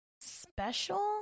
special